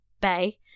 Bay